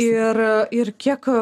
ir ir kiek